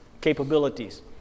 capabilities